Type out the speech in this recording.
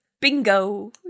Bingo